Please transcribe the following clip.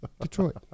Detroit